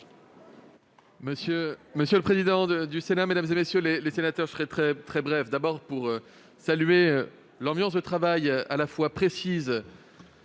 Monsieur le président du Sénat, mesdames, messieurs les sénateurs, je serai très bref. Je veux tout d'abord saluer l'ambiance de travail, à la fois précise,